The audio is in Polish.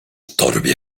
torbie